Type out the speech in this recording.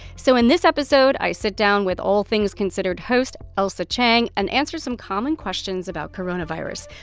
so in this episode, i sit down with all things considered host ailsa chang and answer some common questions about coronavirus.